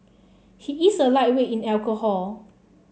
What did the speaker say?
he is a lightweight in alcohol